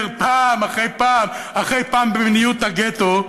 פעם אחרי פעם אחרי פעם במדיניות הגטו,